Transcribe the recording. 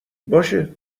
باشه